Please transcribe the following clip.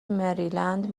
مریلند